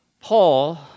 Paul